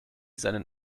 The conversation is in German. seinen